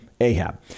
Ahab